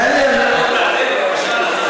תענה בבקשה על הצעת החוק ולא על משהו אחר.